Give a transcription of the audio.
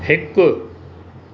हिकु